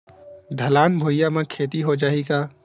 ढलान भुइयां म खेती हो जाही का?